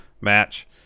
match